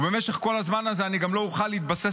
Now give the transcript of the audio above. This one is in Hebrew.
ובמשך כל הזמן הזה אני גם לא אוכל להתבסס